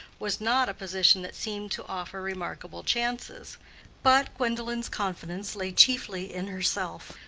was not a position that seemed to offer remarkable chances but gwendolen's confidence lay chiefly in herself.